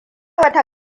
wata